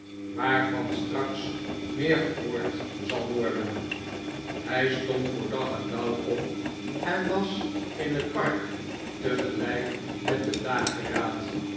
waarvan straks meer gehoord zal worden hij stond voor dag en dauw op en was in het park tegelijk met den dageraad